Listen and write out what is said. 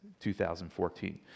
2014